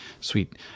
sweet